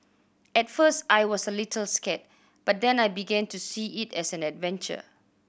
at first I was a little scared but then I began to see it as an adventure